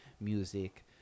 music